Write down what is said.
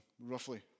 roughly